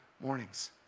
mornings